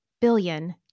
billion